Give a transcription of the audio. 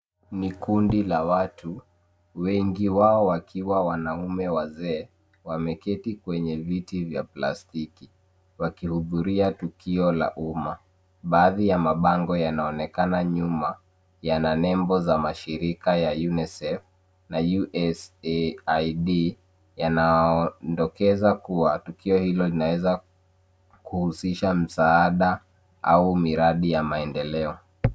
Ni kundi la watu, wengi wao wakiwa wanaume wazee wameketi kwenye viti vya plastiki, wakihudhuria tukio la umma. Baadhi ya mabango yanaoneka nyuma, yana nembo za mashirika ya UNICEF na USAID, yanaondokeza kuwa tukio hilo linaeza kuhusisha msaada au miradi ya maendeleo.